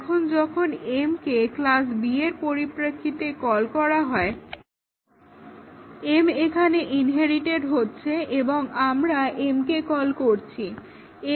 এখন যখন m কে ক্লাস B এর পরিপ্রেক্ষিতে কল করা হয় Slide Time 2530 m এখানে ইনহেরিটেড হচ্ছে এবং আমরা m কে কল করছি